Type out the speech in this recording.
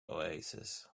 oasis